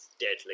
deadly